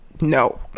No